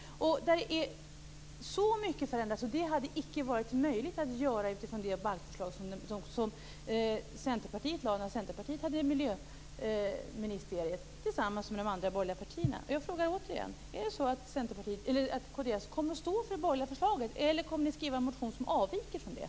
Det är mycket som har förändrats. Det hade icke varit möjligt att göra det utifrån det balkförslag som Centerpartiet lade fram när Centerpartiet hade miljöministeriet tillsammans med de andra borgerliga partierna. Jag frågar igen: Är det så att kd kommer att stå för det borgerliga förslaget, eller kommer ni att skriva en motion som avviker från det?